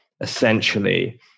essentially